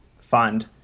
fund